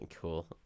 Cool